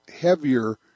heavier